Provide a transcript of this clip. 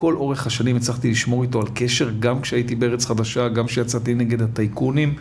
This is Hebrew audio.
כל אורך השנים הצלחתי לשמור איתו על קשר, גם כשהייתי בארץ חדשה, גם כשיצאתי נגד הטייקונים.